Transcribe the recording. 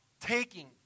taking